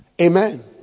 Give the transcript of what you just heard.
amen